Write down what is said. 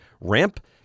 Ramp